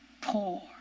poor